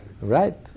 Right